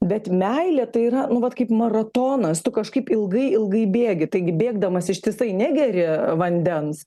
bet meilė tai yra nu vat kaip maratonas tu kažkaip ilgai ilgai bėgi taigi bėgdamas ištisai negeri vandens